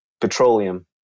petroleum